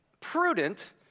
prudent